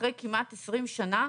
אחרי כמעט 20 שנה,